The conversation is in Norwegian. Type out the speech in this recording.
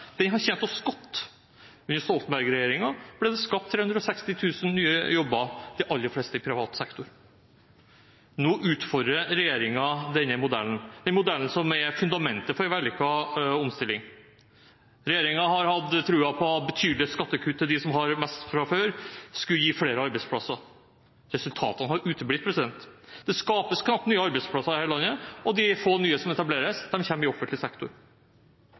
Den har tjent oss godt. Under Stoltenberg-regjeringen ble det skapt 360 000 nye jobber, de aller fleste i privat sektor. Nå utfordrer regjeringen denne modellen, den modellen som er fundamentet for en vellykket omstilling. Regjeringen har hatt troen på at betydelige skattekutt til dem som har mest fra før, skulle gi flere arbeidsplasser. Resultatene har uteblitt. Det skapes knapt nye arbeidsplasser her i landet, og de få nye som etableres, kommer i offentlig sektor.